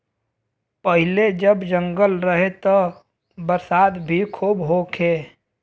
पहिले जब जंगल रहे त बरसात भी खूब होखे